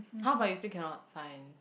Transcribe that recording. !huh! but you still annot find